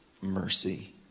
mercy